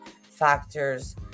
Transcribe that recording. factors